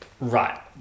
Right